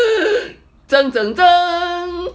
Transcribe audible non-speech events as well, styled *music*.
*noise*